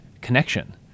connection